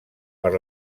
per